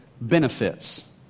benefits